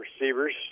receivers